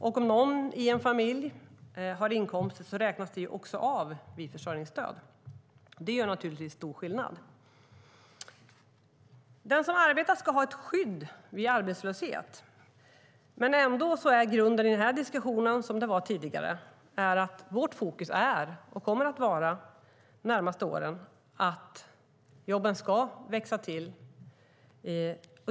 Om någon i en familj har inkomst räknas den också av vid försörjningsstöd. Det gör naturligtvis stor skillnad. Den som arbetar ska ha ett skydd vid arbetslöshet. Men grunden i den här diskussionen är densamma som tidigare: Vårt fokus är och kommer de närmaste åren att vara att jobben ska växa i antal.